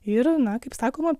ir na kaip sakoma